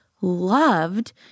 loved